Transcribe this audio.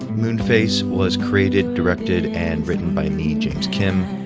moonface was created, directed and written by me, james kim.